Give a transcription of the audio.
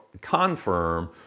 confirm